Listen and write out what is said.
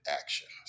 actions